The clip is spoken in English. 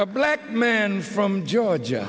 a black man from georgia